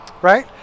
Right